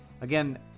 Again